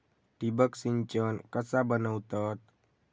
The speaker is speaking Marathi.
ठिबक सिंचन कसा बनवतत?